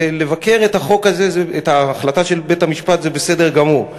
לבקר את ההחלטה של בית-המשפט זה בסדר גמור,